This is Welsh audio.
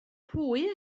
pwy